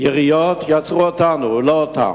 יריות יעצרו אותנו, לא אותם.